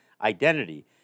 identity